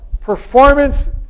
performance